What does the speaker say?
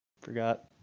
Forgot